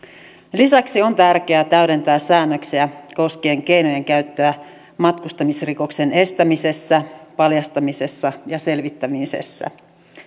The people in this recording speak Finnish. lisäksi on tärkeää täydentää säännöksiä koskien keinojen käyttöä matkustamisrikoksen estämisessä paljastamisessa ja selvittämisessä